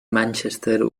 manchester